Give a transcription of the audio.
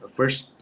first